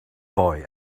boy